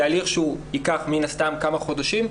זה הליך שהוא ייקח מן הסתם כמה חודשים.